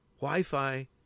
Wi-Fi